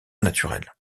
naturelle